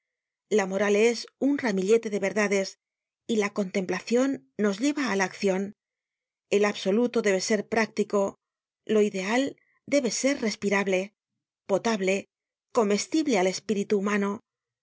la moral es un ramillete de verdades y la contemplacion nos lleva á la accion lo absoluto debe ser práctico lo ideal debe ser respirable potable comestible al espíritu humano